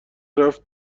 رفت